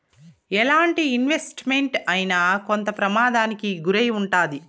ఎలాంటి investment అయినా కొంత ప్రమాదానికి గురై ఉంటాది